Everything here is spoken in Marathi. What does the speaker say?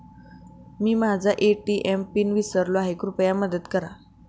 मी माझा ए.टी.एम पिन विसरलो आहे, कृपया मदत करा